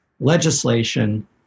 legislation